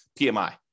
PMI